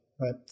right